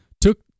took